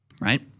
right